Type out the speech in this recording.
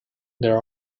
there